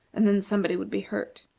and then somebody would be hurt,